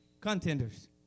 contenders